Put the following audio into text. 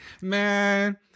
Man